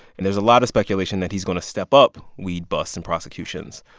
and there's a lot of speculation that he's going to step up weed busts and prosecutions.